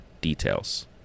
details